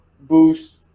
boost